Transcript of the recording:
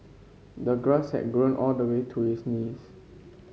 the grass had grown all the way to his knees